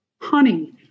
honey